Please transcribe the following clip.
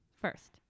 First